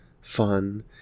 fun